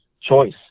choice